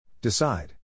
Decide